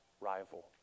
rival